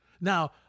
Now